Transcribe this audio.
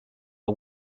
are